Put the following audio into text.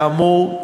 כאמור,